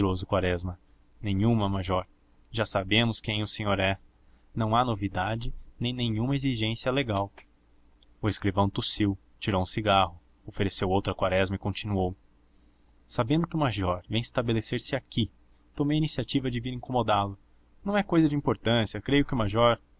medroso quaresma nenhuma major já sabemos quem o senhor é não há novidade nem nenhuma exigência legal o escrivão tossiu tirou um cigarro ofereceu outro a quaresma e continuou sabendo que o major vem estabelecer-se aqui tomei a iniciativa de vir incomodá lo não é cousa de importância creio que o major